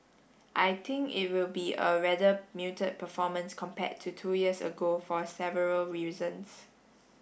I think it will be a rather muted performance compared to two years ago for several reasons